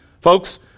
Folks